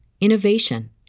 innovation